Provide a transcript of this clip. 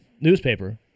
newspaper